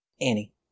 Annie